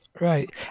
Right